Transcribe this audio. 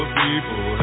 people